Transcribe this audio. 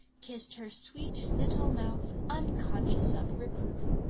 kissed her sweet little mouth unconscious of reproof,